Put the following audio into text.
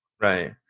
right